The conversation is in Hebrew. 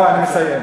אני מסיים.